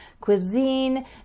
cuisine